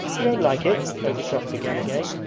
you don't like it ergushov began again.